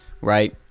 Right